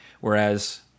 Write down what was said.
whereas